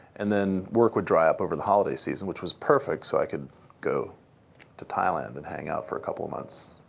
and then work would dry up over the holiday season, which was perfect, so i could go to thailand and hang out for a couple of months.